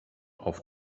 auf